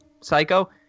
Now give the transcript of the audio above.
Psycho